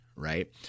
right